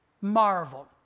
marvel